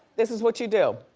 this is what you do.